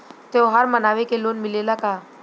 त्योहार मनावे के लोन मिलेला का?